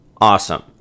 Awesome